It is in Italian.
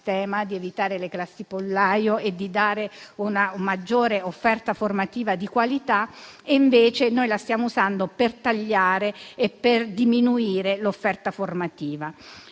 di evitare le "classi pollaio" e dare una maggiore offerta formativa di qualità. Invece noi la stiamo usando per tagliare e per diminuire l'offerta formativa.